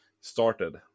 started